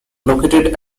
located